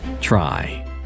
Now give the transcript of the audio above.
Try